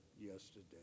yesterday